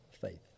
faith